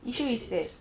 this is this